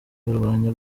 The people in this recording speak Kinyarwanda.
barwanya